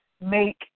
make